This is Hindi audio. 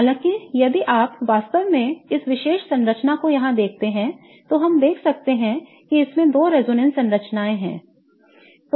हालाँकि यदि आप वास्तव में इस विशेष संरचना को यहाँ देखते हैं तो हम देख सकते हैं कि इसमें 2 रेजोनेंस संरचनाएँ हैं